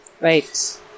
Right